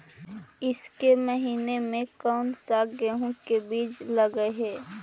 ईसके महीने मे कोन सा गेहूं के बीज लगे है?